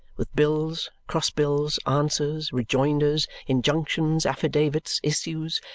with bills, cross-bills, answers, rejoinders, injunctions, affidavits, issues,